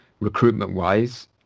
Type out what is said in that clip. recruitment-wise